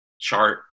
chart